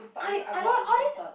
I I don't want all this